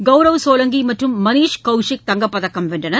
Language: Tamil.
கவ்ரவ் சோலங்கி மற்றும் மணீஷ் கவ்சிக் தங்கப்பதக்கம் வென்றனர்